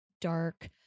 dark